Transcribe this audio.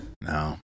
No